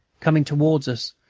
coming towards us,